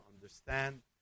understand